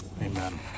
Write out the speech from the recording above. Amen